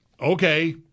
Okay